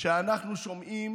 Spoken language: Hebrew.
שאנחנו שומעים